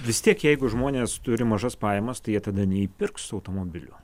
vis tiek jeigu žmonės turi mažas pajamas tai jie tada neįpirks automobilių